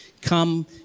come